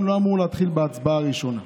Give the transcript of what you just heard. לא אמורים להתחיל בגירעון בהצבעה הראשונה,